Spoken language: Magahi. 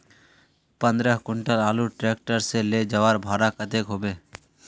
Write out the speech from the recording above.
पंद्रह कुंटल आलूर ट्रैक्टर से ले जवार भाड़ा कतेक होबे?